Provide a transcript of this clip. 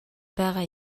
байгаа